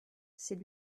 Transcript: c’est